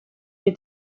mit